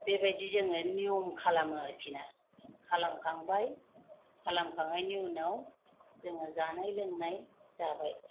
बेबायदि जोङो नियम खालामो आरोखि ना खालामखांबाय खालामखांनायनि उनाव जोङो जानाय लोंनाय जाबाय